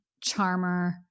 Charmer